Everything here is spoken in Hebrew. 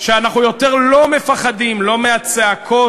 שאנחנו יותר לא מפחדים, לא מהצעקות